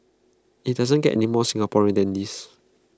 IT doesn't get any more Singaporean than this